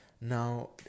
Now